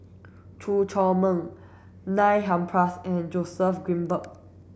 Chew Chor Meng Neil Humphreys and Joseph Grimberg